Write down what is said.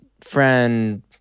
friend